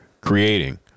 creating